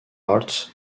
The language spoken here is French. art